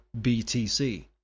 BTC